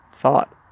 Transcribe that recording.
thought